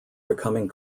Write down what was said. becoming